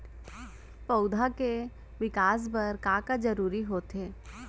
पौधे के विकास बर का का जरूरी होथे?